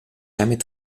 jamais